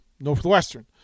Northwestern